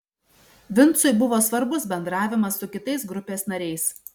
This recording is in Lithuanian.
vincui buvo svarbus bendravimas su kitais grupės nariais